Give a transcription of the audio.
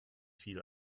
viel